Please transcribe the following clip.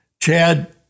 Chad